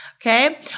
okay